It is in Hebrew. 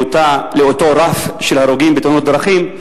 לאותו רף של הרוגים בתאונות דרכים,